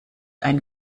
ein